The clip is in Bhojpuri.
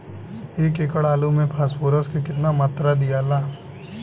एक एकड़ आलू मे फास्फोरस के केतना मात्रा दियाला?